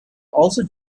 also